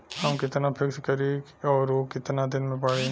हम कितना फिक्स करी और ऊ कितना दिन में बड़ी?